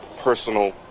personal